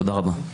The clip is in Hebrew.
תודה רבה.